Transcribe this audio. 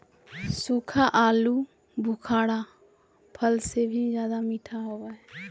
सूखा आलूबुखारा फल से भी ज्यादा मीठा होबो हइ